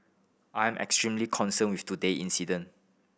I am extremely concerned with today incident